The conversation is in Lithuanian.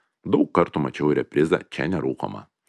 daug kartų mačiau reprizą čia nerūkoma